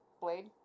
Blade